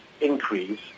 increase